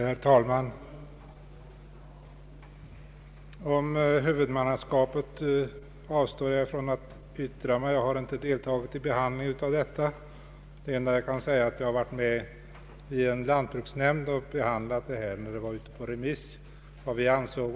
Herr talman! Jag avstår från att yttra mig om huvudmannaskapet. Jag har inte deltagit i behandlingen av detta ärende. Det enda jag kan säga är att jag har varit med om att avge yttrande när konsumentutredningens förslag var på remiss hos en lantbruksnämnd.